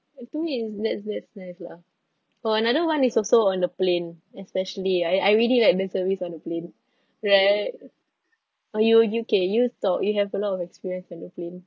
the thing is that's that's theirs lah oh another [one] is also on the plane especially I I really like their service on the plane right oh you you okay you talk you have a lot of experience on the plane